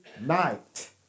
night